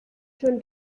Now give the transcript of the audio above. schon